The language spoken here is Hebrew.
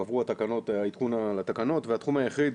הועבר העדכון לתקנות והתחום היחיד